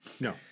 No